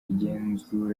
igenzura